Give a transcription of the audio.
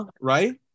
right